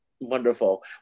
Wonderful